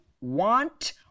want